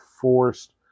forced